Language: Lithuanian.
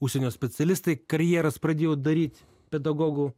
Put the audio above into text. užsienio specialistai karjeras pradėjo daryti pedagogų